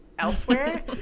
elsewhere